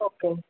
okay